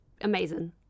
amazing